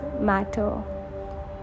matter